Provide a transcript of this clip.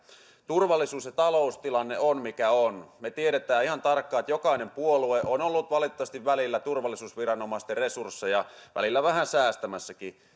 turvallisuus ja taloustilanne on mikä on me tiedämme ihan tarkkaan että jokainen puolue on ollut valitettavasti välillä turvallisuusviranomaisten resursseja vähän säästämässäkin